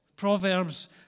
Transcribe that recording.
Proverbs